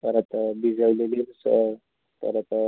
परत भिजवलेली स परत